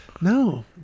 No